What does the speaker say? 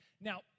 Now